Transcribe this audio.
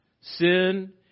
Sin